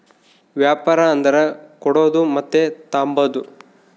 ವ್ಯಾಪಾರ ಅಂದರ ಕೊಡೋದು ಮತ್ತೆ ತಾಂಬದು